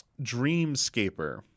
dreamscaper